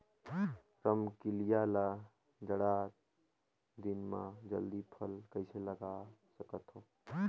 रमकलिया ल जाड़ा दिन म जल्दी फल कइसे लगा सकथव?